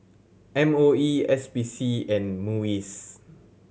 M O E S P C and MUIS